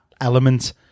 element